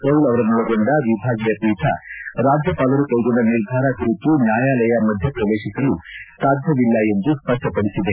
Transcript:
ಕೌಲ್ ಅವರನ್ನೊಳಗೊಂಡ ವಿಭಾಗೀಯ ಪೀಠ ರಾಜ್ಯಪಾಲರು ಕೈಗೊಂಡ ನಿರ್ಧಾರ ಕುರಿತು ನ್ಹಾಯಾಲಯ ಮಧ್ಯಪ್ರವೇತಿಸಲು ಸಾಧ್ಯವಿಲ್ಲ ಎಂದು ಸ್ಪಷ್ಪಡಿಸಿದೆ